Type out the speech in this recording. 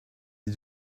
des